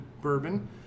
bourbon